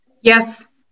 yes